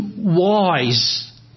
wise